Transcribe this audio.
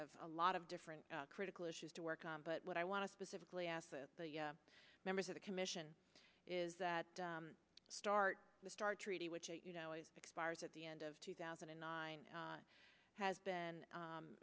have a lot of different critical issues to work on but what i want to specifically ask the members of the commission is that start the start treaty which you know it expires at the end of two thousand and nine has